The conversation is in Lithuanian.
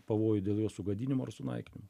pavojų dėl jo sugadinimo ar sunaikinimo